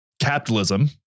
capitalism